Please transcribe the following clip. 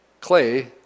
clay